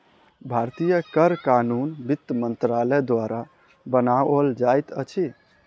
भारतीय कर कानून वित्त मंत्रालय द्वारा बनाओल जाइत अछि